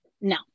No